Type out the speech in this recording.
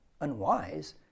unwise